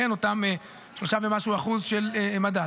אותם שלושה ומשהו אחוז של מדד.